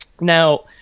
Now